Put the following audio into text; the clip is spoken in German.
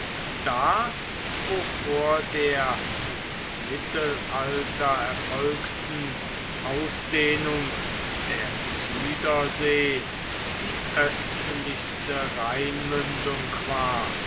da wo vor der im mittelalter erfolgten ausdehnung der zuidersee die östlichste rheinmündung war